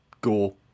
gore